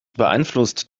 beeinflusst